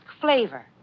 flavor